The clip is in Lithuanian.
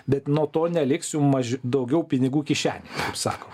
bet nuo to neliks jum maž daugiau pinigų kišenėj sako